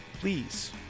Please